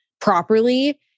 properly